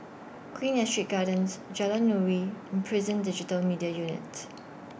Queen Astrid Gardens Jalan Nuri Prison Digital Media Unit